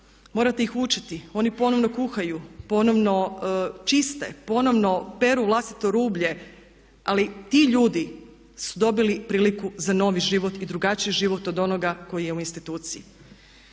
morate ih učiti. Oni ponovno kuhaju, ponovno čiste, ponovno peru vlastito rublje. Ali ti ljudi su dobili priliku za novi život i drugačiji život od onoga koji je u instituciji.